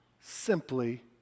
Simply